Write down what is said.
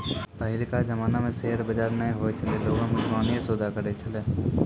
पहिलका जमाना मे शेयर बजार नै होय छलै लोगें मुजबानीये सौदा करै छलै